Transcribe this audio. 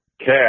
cash